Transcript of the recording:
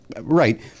right